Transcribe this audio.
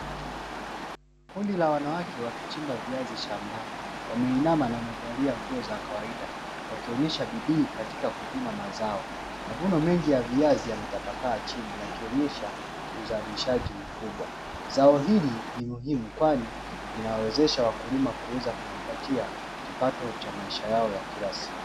Kundi la wanawake wakichimba viazi shambani, wameinama na wamevalia Nguo za kawaida, wakionesha bidii katika kuvuna mazao. Mavuno mengi ya viazi yametapakaa chini, yakionesha uzalishaji mkubwa. Zao hili ni Muhimu kwani, linawawezesha wakulima kujipatia kipato cha maisha yao ya Kila siku.